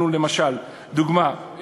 לדוגמה,